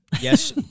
Yes